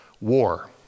War